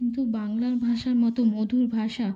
কিন্তু বাংলা ভাষার মতো মধুর ভাষা